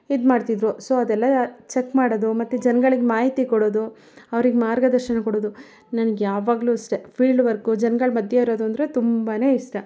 ಇದು ಮಾಡ್ತಿದ್ದರು ಸೊ ಅದೆಲ್ಲ ಚೆಕ್ ಮಾಡೋದು ಮತ್ತೆ ಜನ್ಗಳಿಗೆ ಮಾಹಿತಿ ಕೊಡೋದು ಅವ್ರಿಗೆ ಮಾರ್ಗದರ್ಶನ ಕೊಡೋದು ನನ್ಗೆ ಯಾವಾಗಲೂ ಅಷ್ಟೆ ಫೀಲ್ಡ್ ವರ್ಕು ಜನ್ಗಳ ಮಧ್ಯೆ ಇರೋದು ಅಂದರೆ ತುಂಬನೆ ಇಷ್ಟ